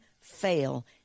fail